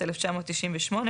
התשנ"ח 1998,